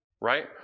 right